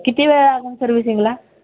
किती वेळ लागंल सर्व्हिसिंगला